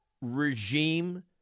regime